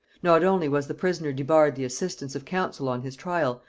not only was the prisoner debarred the assistance of counsel on his trial,